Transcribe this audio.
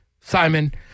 Simon